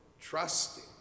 trusting